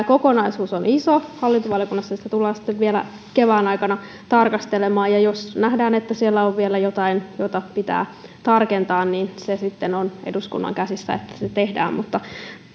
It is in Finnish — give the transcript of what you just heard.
kokonaisuus on iso hallintovaliokunnassa sitä tullaan sitten vielä kevään aikana tarkastelemaan ja jos nähdään että siellä on vielä jotain jota pitää tarkentaa niin se sitten on eduskunnan käsissä että se tehdään mutta